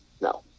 No